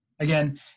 Again